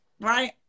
right